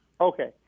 Okay